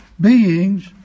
beings